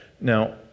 Now